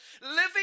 living